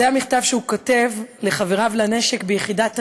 זה המכתב שהוא כותב לחבריו לנשק ביחידת המילואים,